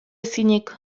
ezinik